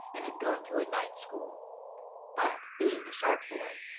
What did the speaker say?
and had gone to a night-school but, being a sharp boy,